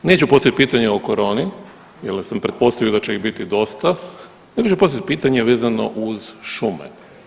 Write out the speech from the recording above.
Neću postavit pitanje o koroni jel sam pretpostavio da će ih biti dosta, ja ću postavit pitanje vezano uz šume.